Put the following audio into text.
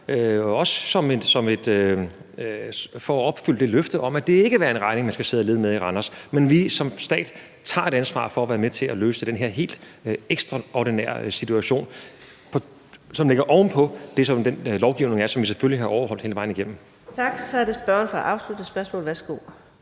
beløb for at opfylde det løfte om, at det ikke er en regning, man skal sidde alene med i Randers, men at vi som stat tager et ansvar for at være med til at løse den her helt ekstraordinære situation, og vi gør det i henhold til den lovgivning, der er, og som vi selvfølgelig har overholdt hele vejen igennem. Kl. 14:06 Fjerde næstformand